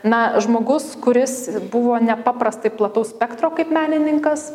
na žmogus kuris buvo nepaprastai plataus spektro kaip menininkas